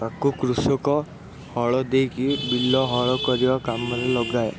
ତାକୁ କୃଷକ ହଳ ଦେଇକି ବିଲ ହଳ କରିବା କାମରେ ଲଗାଏ